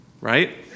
right